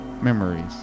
memories